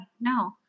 no